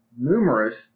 Numerous